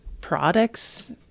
products